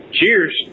Cheers